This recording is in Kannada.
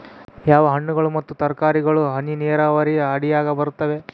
ಯಾವ ಹಣ್ಣುಗಳು ಮತ್ತು ತರಕಾರಿಗಳು ಹನಿ ನೇರಾವರಿ ಅಡಿಯಾಗ ಬರುತ್ತವೆ?